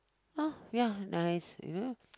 !huh! ya nice you know